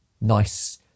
nice